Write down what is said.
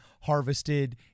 harvested